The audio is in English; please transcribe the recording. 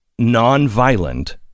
nonviolent